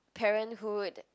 parenthood